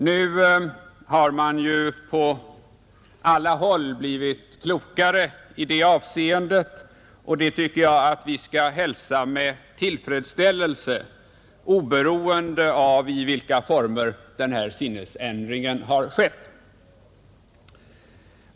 Nu har man ju på alla håll blivit klokare i det avseendet, och detta tycker jag vi bör hälsa med tillfredsställelse, oberoende av under vilka former sinnesändringen har skett.